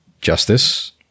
justice